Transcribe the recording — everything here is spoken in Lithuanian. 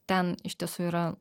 ten iš tiesų yra